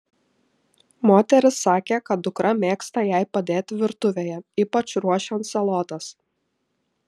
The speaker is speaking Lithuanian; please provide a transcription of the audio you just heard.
moteris sakė kad dukra mėgsta jai padėti virtuvėje ypač ruošiant salotas